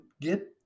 get